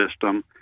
system